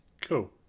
cool